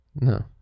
No